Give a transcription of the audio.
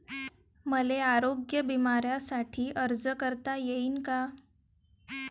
मले आरोग्य बिम्यासाठी अर्ज करता येईन का?